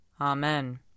Amen